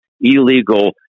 illegal